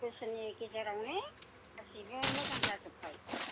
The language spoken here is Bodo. पास बोसोरनि गेजेरावनो गासिबो मोजां जोजोबबाय दाथ'